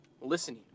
listening